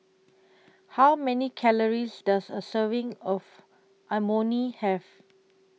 How Many Calories Does A Serving of Imoni Have